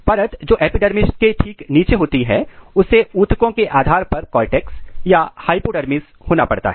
परत जो एपिडर्मिस के ठीक नीचे होती है उसे उत्तकों के आधार पर कोर्टेक्स या हाइपोडर्मिस होना पड़ता है